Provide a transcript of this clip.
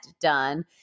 done